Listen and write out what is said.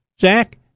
Zach